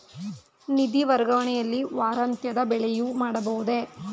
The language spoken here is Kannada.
ನಿಧಿ ವರ್ಗಾವಣೆಯನ್ನು ವಾರಾಂತ್ಯದ ವೇಳೆಯೂ ಮಾಡಬಹುದೇ?